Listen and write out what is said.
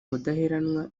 mudaheranwa